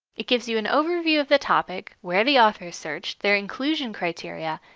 it gives you an overview of the topic, where the author searched, their inclusion criteria,